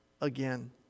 again